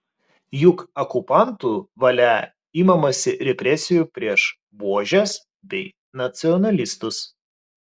juk okupantų valia imamasi represijų prieš buožes bei nacionalistus